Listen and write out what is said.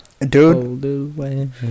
dude